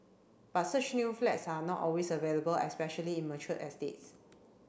but such new flats are not always available especially in mature estates